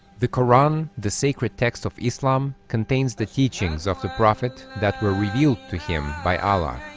the quran the sacred text of islam contains the teachings of the prophet that were revealed to him by allah